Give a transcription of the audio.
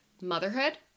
motherhood